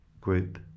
group